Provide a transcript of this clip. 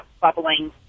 bubbling